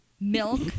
milk